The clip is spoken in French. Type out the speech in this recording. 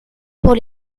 pour